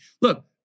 Look